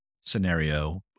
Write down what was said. scenario